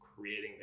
creating